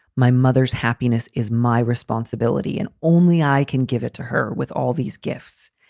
my mother's happiness is my responsibility and only i can give it to her. with all these gifts,